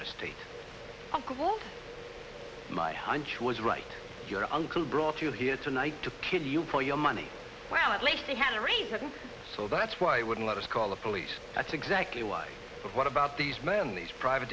unquote my hunch was right your uncle brought you here tonight to kill you for your money well at least he had a reason so that's why he wouldn't let us call the police that's exactly why but what about these men these private